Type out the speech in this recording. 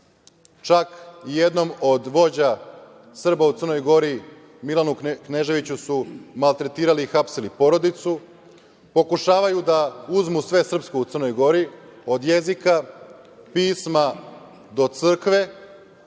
čak i jednom od vođa Srba u Crnoj Gori, Milanu Kneževiću su maltretirali i hapsili porodicu. Pokušavaju da uzmu sve srpsko u Crnoj Gori, od jezika, pisma, do crkve